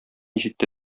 җитте